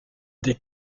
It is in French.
des